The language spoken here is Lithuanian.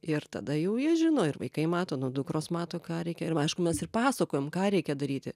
ir tada jau jie žino ir vaikai mato nu dukros mato ką reikia ir aišku mes ir pasakojam ką reikia daryti